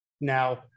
Now